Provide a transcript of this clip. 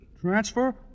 Transfer